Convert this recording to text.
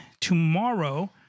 tomorrow